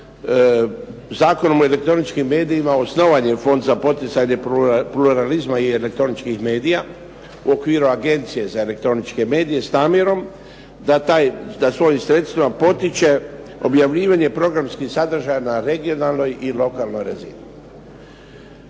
Zakonom o elektroničkim medijima osnovan je Fond za poticanje pluralizma i elektroničkih medija u okviru Agencije za elektroničke medije s namjerom da svojim sredstvima potiče objavljivanje programskih sadržaja na regionalnoj i lokalnoj razini.